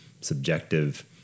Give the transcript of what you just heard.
subjective